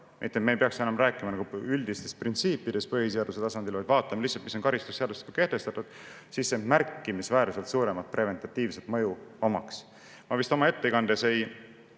me ei peaks enam rääkima üldistest printsiipidest põhiseaduse tasandil, vaid vaatama lihtsalt, mis on karistusseadustikuga kehtestatud, siis sel oleks märkimisväärselt suurem preventatiivne mõju. Ma vist oma ettekandes ei